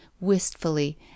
wistfully